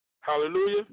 Hallelujah